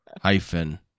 hyphen